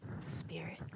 spirit